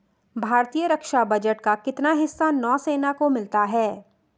भारतीय रक्षा बजट का कितना हिस्सा नौसेना को मिलता है?